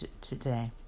today